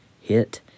hit